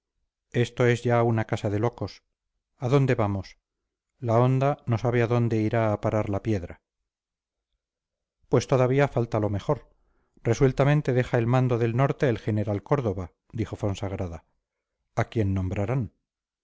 esto es ya una casa de locos a dónde vamos la honda no sabe a dónde irá a parar la piedra pues todavía falta lo mejor resueltamente deja el mando del norte el general córdova dijo fonsagrada a quién nombrarán